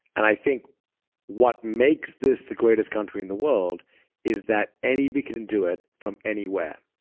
and i think what makes this the greatest country in the world is that anybody can do it, from anywhere.